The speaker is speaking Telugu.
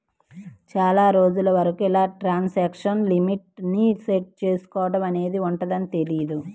చాలా రోజుల వరకు ఇలా ట్రాన్సాక్షన్ లిమిట్ ని సెట్ చేసుకోడం అనేది ఉంటదని తెలియదు